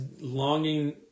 longing